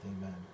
amen